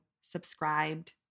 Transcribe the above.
subscribed